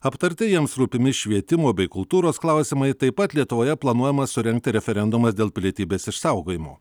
aptarti jiems rūpimi švietimo bei kultūros klausimai taip pat lietuvoje planuojamas surengti referendumas dėl pilietybės išsaugojimo